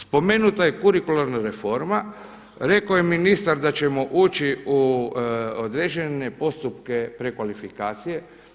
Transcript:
Spomenuta je kurikularna reforma, rekao je ministar da ćemo ući u određene postupke prekvalifikacije.